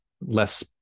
less